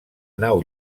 nau